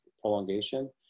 prolongation